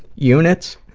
units?